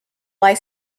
lie